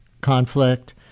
conflict